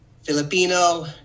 filipino